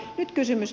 nyt kysymys